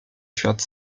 świat